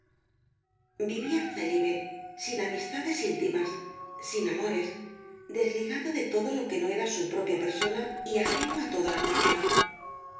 vivía célibe sin amistades íntimas sin amores desligado de todo lo que no era su propia persona y ajeno á toda ambición